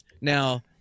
Now